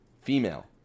female